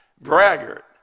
braggart